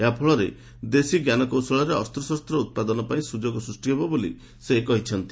ଏହା ଫଳରେ ଦେଶୀ ଜ୍ଞାନକୌଶଳରେ ଅସ୍ତ୍ରଶସ୍ତ୍ର ଉତ୍ପାଦନ ପାଇଁ ସୁଯୋଗ ସୃଷ୍ଟି ହେବ ବୋଲି ସେ କହିଛନ୍ତି